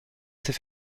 ces